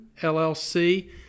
LLC